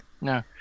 no